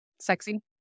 Sexy